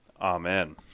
Amen